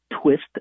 twist